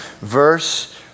verse